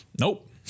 Nope